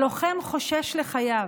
הלוחם חושש לחייו.